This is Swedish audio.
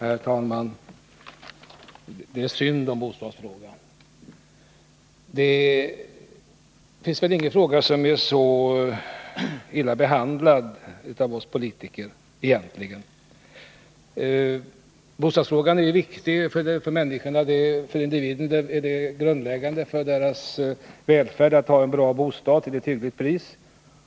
Herr talman! Det är synd om bostadsfrågan. Ingen fråga är väl egentligen : så illa behandlad av oss politiker. För individen är det av grundläggande betydelse att ha en bra bostad till ett hyggligt pris.